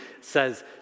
says